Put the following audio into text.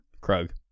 Krug